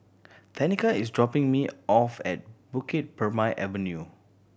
Tenika is dropping me off at Bukit Purmei Avenue